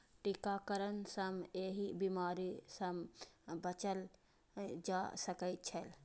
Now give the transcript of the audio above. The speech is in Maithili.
टीकाकरण सं एहि बीमारी सं बचल जा सकै छै